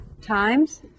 Times